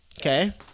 Okay